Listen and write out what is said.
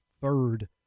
third